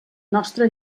nostra